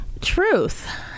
truth